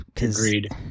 Agreed